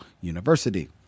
University